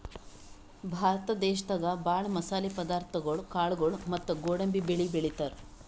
ಭಾರತ ದೇಶದಾಗ ಭಾಳ್ ಮಸಾಲೆ ಪದಾರ್ಥಗೊಳು ಕಾಳ್ಗೋಳು ಮತ್ತ್ ಗೋಡಂಬಿ ಬೆಳಿ ಬೆಳಿತಾರ್